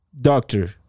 doctor